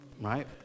right